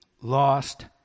lost